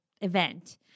event